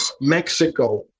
Mexico